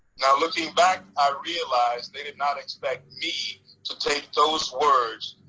now looking back, i realized they did not expect me to take those words,